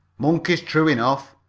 monkeys, true enough,